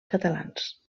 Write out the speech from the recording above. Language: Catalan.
catalans